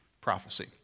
prophecy